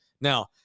Now